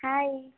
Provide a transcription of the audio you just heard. hi